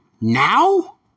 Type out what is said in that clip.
now